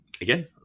again